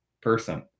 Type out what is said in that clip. person